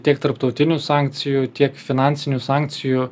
tiek tarptautinių sankcijų tiek finansinių sankcijų